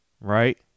right